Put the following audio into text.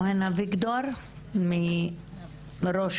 בנוגע למניעת אלימות טכנולוגית ואלימות בכלל.